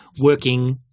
working